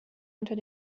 unter